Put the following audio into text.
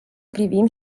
privim